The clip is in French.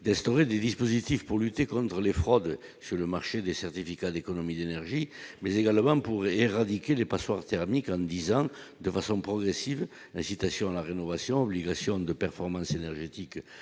d'instaurer des dispositifs pour lutter contre les fraudes sur le marché des certificats d'économie d'énergie, mais également pour éradiquer les passoires thermiques en 10 ans, de façon progressive, l'agitation à la rénovation, obligation de performance énergétique